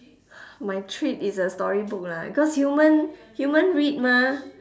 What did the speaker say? my treat is a storybook lah cause human human read mah